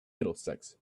middlesex